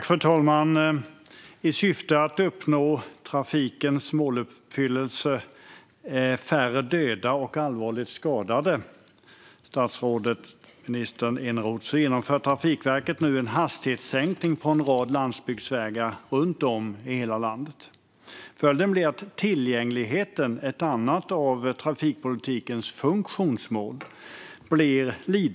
Fru talman och statsrådet Eneroth! I syfte att uppnå målet om färre döda och allvarligt skadade i trafiken genomför Trafikverket nu en hastighetssänkning på en rad landsbygdsvägar runt om i hela landet. Följden blir att tillgängligheten, ett annat av trafikpolitikens funktionsmål, blir lidande.